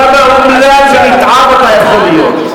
כמה אומלל ונתעב אתה יכול להיות.